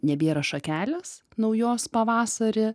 nebėra šakelės naujos pavasarį